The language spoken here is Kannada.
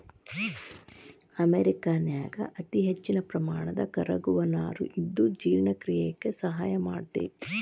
ಅವರಿಕಾಯನ್ಯಾಗ ಅತಿಹೆಚ್ಚಿನ ಪ್ರಮಾಣದ ಕರಗುವ ನಾರು ಇದ್ದು ಜೇರ್ಣಕ್ರಿಯೆಕ ಸಹಾಯ ಮಾಡ್ತೆತಿ